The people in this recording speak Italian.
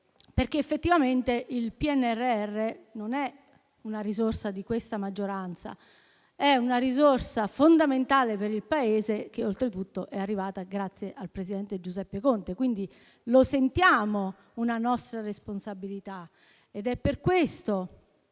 perché, effettivamente, il PNRR è una risorsa non di questa maggioranza, ma una risorsa fondamentale per il Paese, che oltretutto è arrivata grazie al presidente Giuseppe Conte, quindi lo sentiamo come una nostra responsabilità ed è per questo